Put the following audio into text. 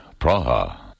Praha